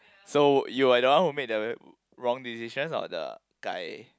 so you were the one who made the wrong decisions or the guy